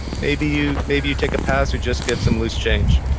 maybe you maybe you take a pass or just give some loose change,